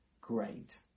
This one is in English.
great